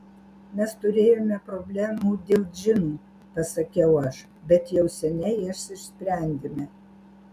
mes turėjome problemų dėl džinų pasakiau aš bet jau seniai jas išsprendėme